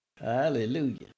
Hallelujah